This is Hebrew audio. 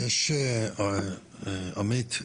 עמית,